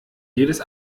jedes